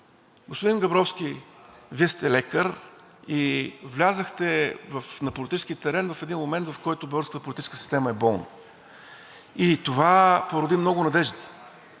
Господин Габровски, Вие сте лекар и влязохте на политическия терен в един момент, в който българската политическа система е болна, и това породи много надежди.